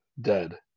dead